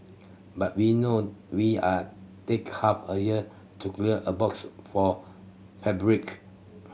but we know we are take half a year to clear a box for